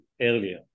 earlier